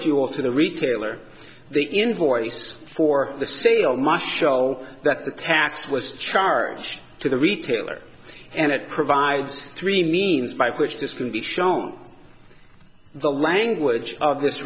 fuel to the retailer the invoice for the sale my show that the tax was charged to the retailer and it provides three means by which this can be shown the language of this